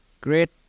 great